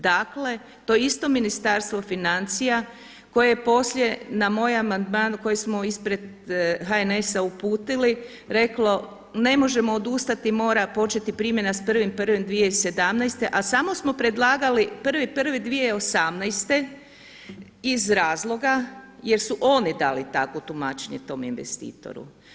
Dakle to isto Ministarstvo financija koje je poslije na moj amandman koji smo ispred HNS-a uputili reklo ne možemo odustati mora početi primjena s 1.1.2017., a samo smo predlagali 1.1.2018. iz razloga jer su oni dali takvo tumačenje tom investitoru.